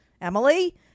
Emily